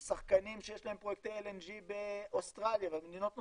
הם שחקנים שיש להם פרויקטי LNG באוסטרליה ובמדינות נוספות.